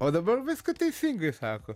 o dabar viską teisingai sako